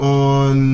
on